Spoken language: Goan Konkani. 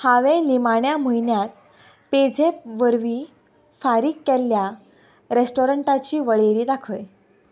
हांवें निमाण्या म्हयन्यांत पेझॅप वरवीं फारीक केल्ल्या रेस्टोरंटाची वळेरी दाखय